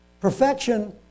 Perfection